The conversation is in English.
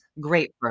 great